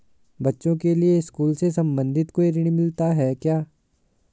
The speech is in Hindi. बच्चों के लिए स्कूल से संबंधित कोई ऋण मिलता है क्या?